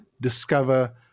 discover